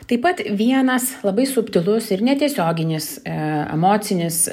taip pat vienas labai subtilus ir netiesioginis emocinis